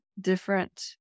different